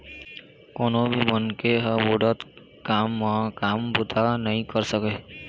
कोनो भी मनखे ह बुढ़त काल म काम बूता नइ कर सकय